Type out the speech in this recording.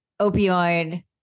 opioid